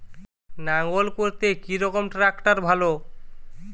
লাঙ্গল করতে কি রকম ট্রাকটার ভালো?